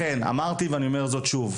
לכן אמרתי ואני אומר זאת שוב,